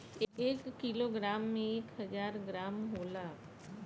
एक किलोग्राम में एक हजार ग्राम होला